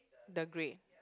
the grade